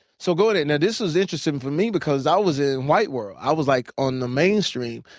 so going in, and and this was interesting for me because i was in white world. i was like on the mainstream.